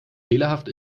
fehlerhaft